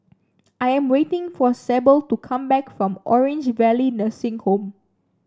I am waiting for Sable to come back from Orange Valley Nursing Home